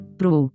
pro